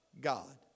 God